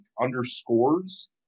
underscores